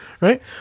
right